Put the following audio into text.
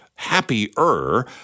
happier